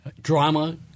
drama